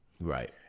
right